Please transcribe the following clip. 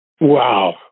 wow